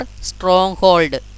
stronghold